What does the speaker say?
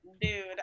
dude